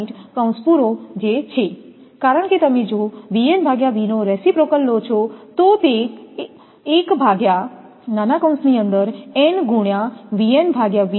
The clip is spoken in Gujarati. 2859 છે કારણ કે તમે જો V નો રેસીપ્રોકલ લો છો તો તે 1 n હશે